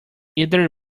either